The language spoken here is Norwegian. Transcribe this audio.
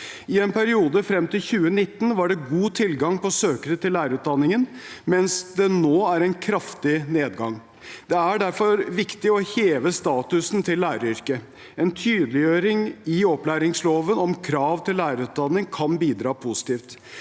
I en periode frem til 2019 var det god tilgang på søkere til lærerutdanningen, mens det nå er en kraftig nedgang. Det er derfor viktig å heve statusen til læreryrket. En tydeliggjøring i opplæringsloven om krav til lærerutdanning kan bidra positivt.